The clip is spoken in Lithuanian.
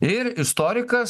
ir istorikas